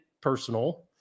personal